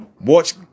watch